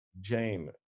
Jane